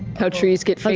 how trees get